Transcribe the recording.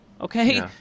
okay